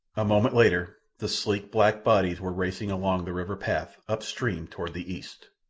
a moment later the sleek, black bodies were racing along the river path, up-stream, toward the east.